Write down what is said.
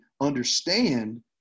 understand